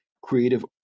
Creative